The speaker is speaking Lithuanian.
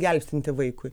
gelbstinti vaikui